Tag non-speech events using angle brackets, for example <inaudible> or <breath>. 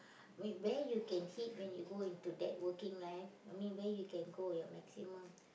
<breath> where where you can hit when you go into that working life I mean where you can go your maximum